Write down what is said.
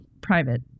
private